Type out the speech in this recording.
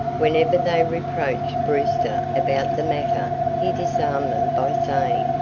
whenever they reproached brewster about the matter he disarmed them by saying,